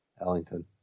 Ellington